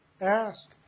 Ask